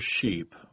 sheep